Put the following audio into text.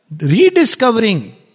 rediscovering